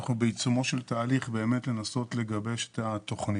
אנחנו בעיצומו של תהליך באמת לנסות לגבש את התוכנית.